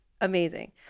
amazing